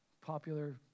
popular